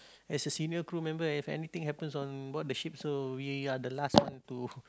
as a senior crew member if any thing happens on board the ship so we are the last one to